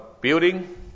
building